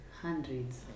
hundreds